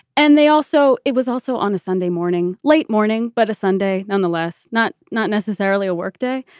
and they also it was also on a sunday morning, late morning, but a sunday nonetheless. not not necessarily a workday.